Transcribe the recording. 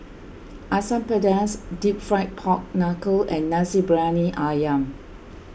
Asam Pedas Deep Fried Pork Knuckle and Nasi Briyani Ayam